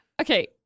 Okay